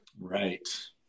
Right